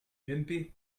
ump